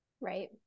Right